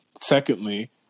Secondly